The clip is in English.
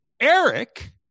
Eric